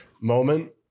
moment